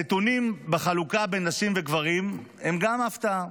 הנתונים בחלוקה בין נשים וגברים הם גם הפתעה.